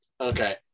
Okay